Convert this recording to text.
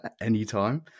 Anytime